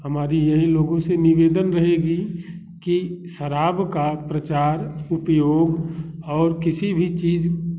हमारी यही लोगों से निवेदन रहेगी कि शराब का प्रचार उपयोग और किसी भी चीज